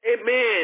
Amen